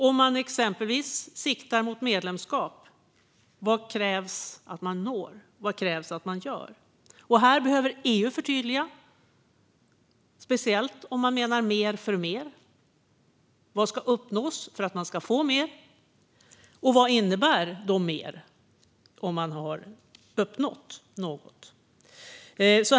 Vad krävs det att man når och gör om man exempelvis siktar mot medlemskap? Här behöver EU förtydliga, speciellt om man menar mer för mer. Vad ska uppnås för att man ska få mer? Och vad innebär mer om man har uppnått något?